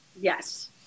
Yes